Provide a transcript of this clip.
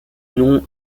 nom